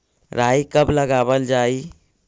राई कब लगावल जाई?